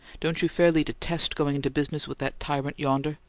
don't you fairly detest going into business with that tyrant yonder?